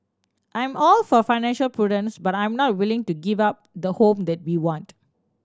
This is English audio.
I am all for financial prudence but I am not willing to give up the home that we want